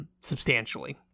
substantially